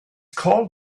called